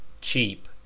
cheap